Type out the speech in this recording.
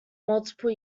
multiple